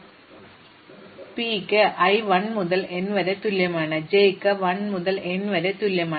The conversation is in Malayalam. അതിനാൽ നിങ്ങൾ എല്ലാം തെറ്റായി സമാരംഭിക്കുന്നു എന്നിട്ട് വീണ്ടും നിങ്ങൾ P ന് i 1 മുതൽ n വരെ തുല്യമാണ് j ന് 1 മുതൽ n വരെ തുല്യമാണ്